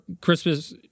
Christmas